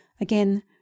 again